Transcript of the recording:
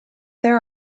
there